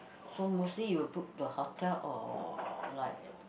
so mostly you will book the hotel or like